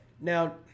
Now